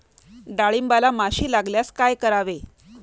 डाळींबाला माशी लागल्यास काय करावे?